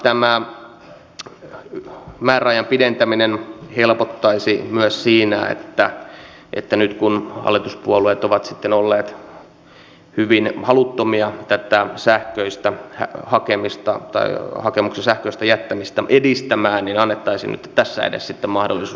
tämä määräajan pidentäminen helpottaisi myös siinä että nyt kun hallituspuolueet ovat sitten olleet hyvin haluttomia tätä hakemuksen sähköistä jättämistä edistämään niin annettaisiin nyt tässä edes sitten mahdollisuus